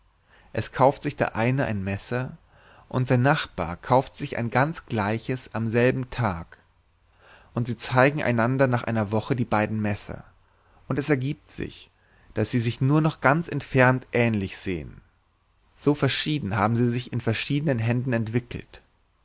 es kauft sich der eine ein messer und sein nachbar kauft sich ein ganz gleiches am selben tag und sie zeigen einander nach einer woche die beiden messer und es ergiebt sich daß sie sich nur noch ganz entfernt ähnlich sehen so verschieden haben sie sich in verschiedenen händen entwickelt